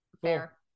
Fair